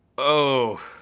oh.